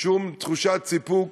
שום תחושת סיפוק